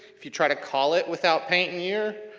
if you try to call it without paint and year,